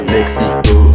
Mexico